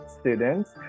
students